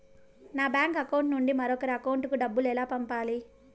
నా bank account నుండి మరొకరి అకౌంట్ కు డబ్బులు ఎలా పంపాలి